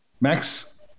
Max